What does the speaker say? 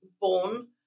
born